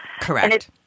Correct